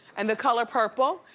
and the color purple,